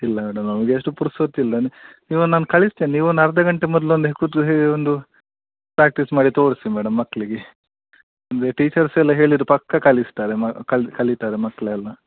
ಇಲ್ಲ ಮೇಡಮ್ ನಮಗೆ ಅಷ್ಟು ಪುರುಸೊತ್ತಿಲ್ಲ ಇವಾಗ ನಾನು ಕಳಿಸ್ತೇನೆ ನೀವು ಒಂದು ಅರ್ಧ ಗಂಟೆ ಮೊದ್ಲು ಒಂದು ಕುತ್ಕೊ ಹೇ ಒಂದು ಪ್ರ್ಯಾಕ್ಟೀಸ್ ಮಾಡಿ ತೋರಿಸಿ ಮೇಡಮ್ ಮಕ್ಕಳಿಗೆ ಅಂದರೆ ಟೀಚರ್ಸ್ ಎಲ್ಲ ಹೇಳಿರೆ ಪಕ್ಕಾ ಕಲಿಸ್ತಾರೆ ಮ ಕಲಿ ಕಲೀತಾರೆ ಮಕ್ಕಳೆಲ್ಲ